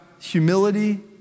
humility